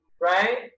right